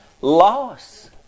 loss